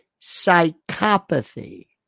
psychopathy